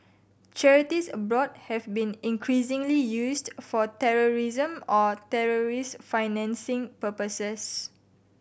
charities abroad have been increasingly used for terrorism or terrorist financing purposes